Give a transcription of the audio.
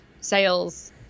sales